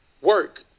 work